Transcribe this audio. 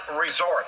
resort